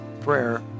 prayer